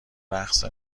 رقص